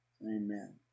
Amen